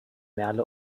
merle